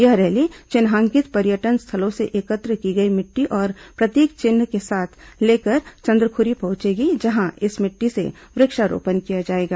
यह रैली चिन्हांकित पर्यटन स्थलों से एकत्र की गई मिट्टी और प्रतीक चिन्ह को साथ लेकर चंदखुरी पहुंचेगी जहां इस मिट्टी से वृक्षारोपण किया जाएगा